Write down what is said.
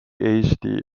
eesti